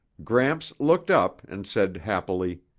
gramps looked up and said happily,